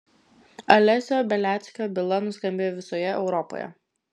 alesio beliackio byla nuskambėjo visoje europoje